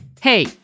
Hey